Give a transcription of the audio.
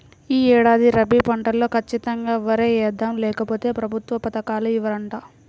యీ ఏడాది రబీ పంటలో ఖచ్చితంగా వరే యేద్దాం, లేకపోతె ప్రభుత్వ పథకాలు ఇవ్వరంట